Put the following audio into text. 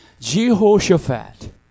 Jehoshaphat